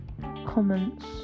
comments